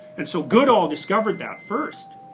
and so goodall discovered that first,